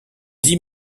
dix